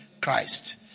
Christ